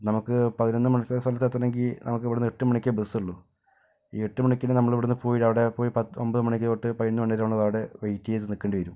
നമുക്ക് പതിനൊന്നു മണിക്ക് ഒരു സ്ഥലത്ത് എത്തണെങ്കിൽ നമുക്ക് ഇവിടുന്ന് എട്ടുമണിക്ക് ബസ്സ് ഉള്ളൂ ഈ എട്ടുമണിക്ക് തന്നെ നമ്മൾ ഇവിടുന്ന് പോയി അവിടെ പോയി പത്ത് ഒമ്പത് മണിക്ക് തൊട്ട് പതിനൊന്ന് മണി വരെ അവിടെ വെയിറ്റ് ചെയ്ത് നിൽക്കേണ്ടി വരും